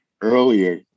earlier